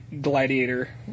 Gladiator